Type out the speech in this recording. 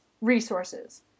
resources